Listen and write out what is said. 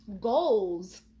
goals